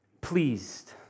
Pleased